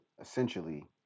essentially